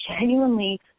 genuinely